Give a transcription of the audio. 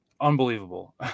unbelievable